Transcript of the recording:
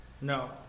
No